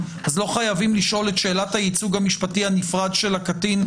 לא חייבים לשאול את שאלת הייצוג המשפטי הנפרד של הקטין?